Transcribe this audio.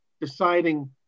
deciding